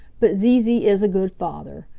but zee zee is a good father,